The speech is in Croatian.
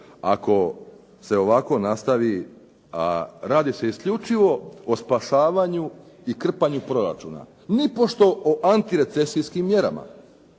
Ako se ovako nastavi a radi se isključivo o spašavanju i krpanju proračuna, nipošto o antirecesijskim mjerama.